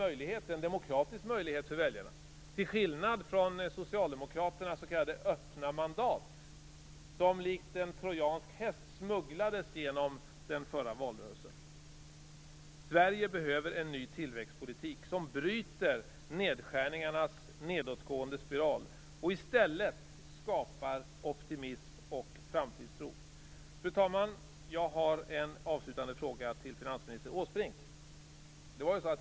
Det är en väldig demokratisk möjlighet för väljarna, till skillnad från Socialdemokraternas s.k. öppna mandat, som likt en trojansk häst smugglades igenom den förra valrörelsen. Sverige behöver en ny tillväxtpolitik som bryter nedskärningarnas nedåtgående spiral och i stället skapar optimism och framtidstro. Fru talman! Jag har en avslutande fråga till finansminister Åsbrink.